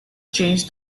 change